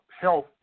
health